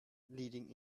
leading